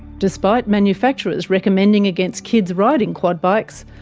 despite manufacturers recommending against kids riding quad bikes,